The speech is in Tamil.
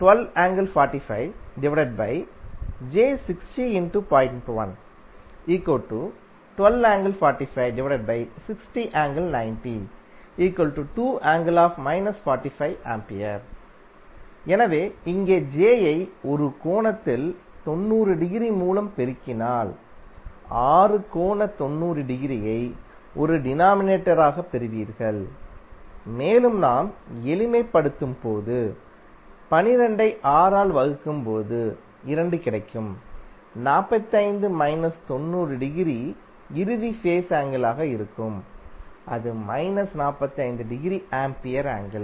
எனவே எனவே இங்கே j ஐ ஒரு கோணத்தில் 90 டிகிரி மூலம் பெருக்கினால் ஆறு கோண 90 டிகிரியை ஒரு டினாமினேட்டராகப் பெறுவீர்கள் மேலும் நாம் எளிமைப்படுத்தும்போது 12 ஐ 6 ஆல் வகுக்கும்போது 2 கிடைக்கும் 45 மைனஸ் 90 டிகிரி இறுதி ஃபேஸ் ஆங்கிளாக இருக்கும் அது மைனஸ் 45 டிகிரி ஆம்பியர் ஆங்கிள்